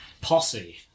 posse